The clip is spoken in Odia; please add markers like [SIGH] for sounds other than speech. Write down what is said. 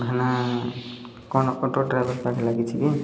[UNINTELLIGIBLE] କ'ଣ ଅଟୋ ଡ୍ରାଇଭର୍ ପାଖରେ ଲାଗିଛି କି